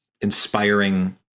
inspiring